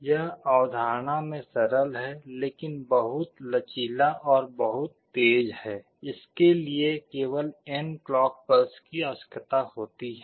यह अवधारणा में सरल है लेकिन बहुत लचीला और बहुत तेज है इसके लिए केवल n क्लॉक पल्स की आवश्यकता होती है